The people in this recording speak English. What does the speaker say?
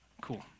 Cool